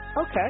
Okay